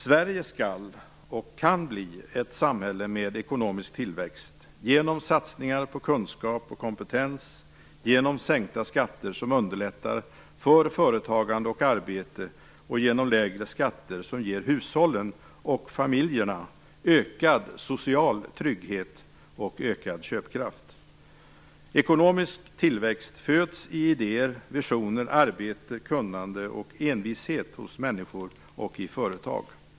Sverige skall och kan bli ett samhälle med ekonomisk tillväxt genom satsningar på kunskap och kompetens, genom sänkta skatter som underlättar för företagande och arbete och genom lägre skatter som ger hushållen och familjerna ökad social trygghet och ökad köpkraft. Ekonomisk tillväxt föds i idéer, visioner, arbete, kunnande och envishet hos människor och i företag.